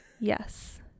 yes